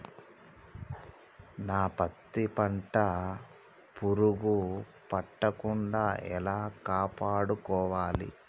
నా పత్తి పంట పురుగు పట్టకుండా ఎలా కాపాడుకోవాలి?